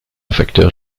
facteur